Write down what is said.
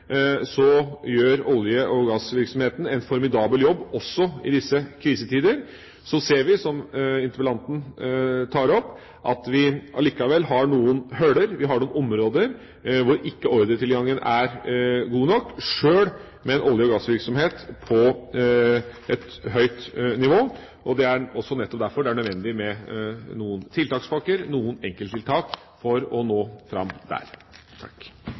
disse krisetider ser vi, som interpellanten tar opp, at vi likevel har noen hull, noen områder hvor ikke ordretilgangen er god nok, sjøl med en olje- og gassvirksomhet på et høyt nivå. Det er nettopp derfor det er nødvendig med noen tiltakspakker, noen enkelttiltak, for å nå fram der.